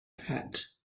hat